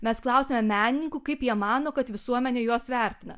mes klausiame menininkų kaip jie mano kad visuomenė juos vertina